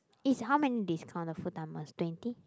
is how many discount the full timers twenty